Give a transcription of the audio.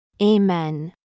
Amen